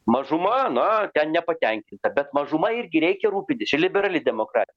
mažuma na ten nepatenkinta bet mažuma irgi reikia rūpintis čia liberali demokra